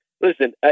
Listen